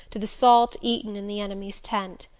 to the salt eaten in the enemy's tent.